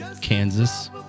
Kansas